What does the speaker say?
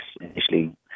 initially